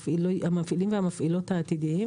המפעילים והמפעילות העתידיים.